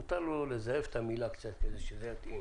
מותר לו לזייף קצת את המילה כדי שהיא תתאים.